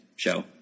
show